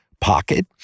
pocket